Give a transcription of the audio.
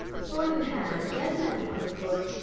sword in hand, a dead man upon the floor,